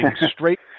straight